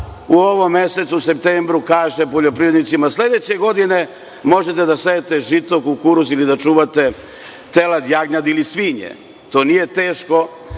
u ovom mesecu septembru kaže poljoprivrednicima – sledeće godine možete da sejete žito, kukuruz ili da čuvate telad, jagnjad ili svinje. To nije teško